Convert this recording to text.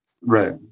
Right